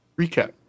Recap